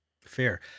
fair